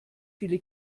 viele